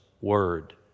word